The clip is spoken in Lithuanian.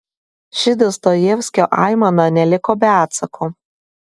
ši dostojevskio aimana neliko be atsako